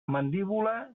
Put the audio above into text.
mandíbula